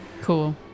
Cool